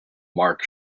mark